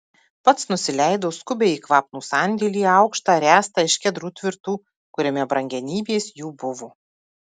pats nusileido skubiai į kvapnų sandėlį aukštą ręstą iš kedrų tvirtų kuriame brangenybės jų buvo